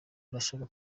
urashaka